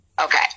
Okay